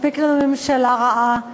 מספיק לנו מממשלה רעה,